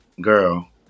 Girl